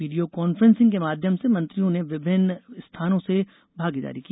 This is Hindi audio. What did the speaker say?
वीड़ियो कॉन्फ्रेंसिंग के माध्यम से मंत्रियों ने विभिन्न स्थानों से भागीदारी की